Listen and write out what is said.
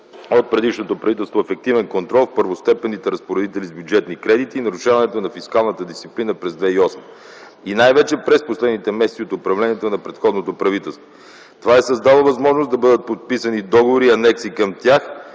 от предишното правителство ефективен контрол в първостепенните разпоредители с бюджетни кредити и нарушаването на фискалната дисциплина през 2008 г., и най-вече през последните месеци от управлението на предходното правителство. Това е създало възможност да бъдат подписани договори и анекси към тях,